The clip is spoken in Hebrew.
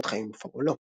קורות חיים ופועלו